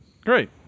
Great